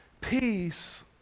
Peace